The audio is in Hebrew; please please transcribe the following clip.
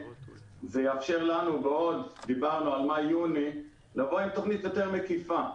זה יאפשר לנו ודיברנו על מאי יוני לבוא עם תוכנית מקיפה יותר.